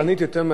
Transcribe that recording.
לא,